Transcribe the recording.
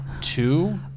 Two